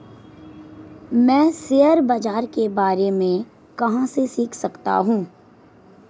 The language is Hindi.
मैं शेयर बाज़ार के बारे में कहाँ से सीख सकता हूँ?